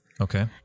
Okay